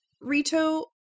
Rito